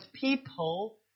people